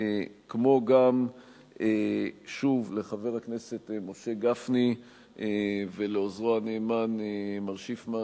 כמו גם שוב לחבר הכנסת משה גפני ולעוזרו הנאמן מר שיפמן,